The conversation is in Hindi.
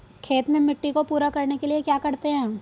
खेत में मिट्टी को पूरा करने के लिए क्या करते हैं?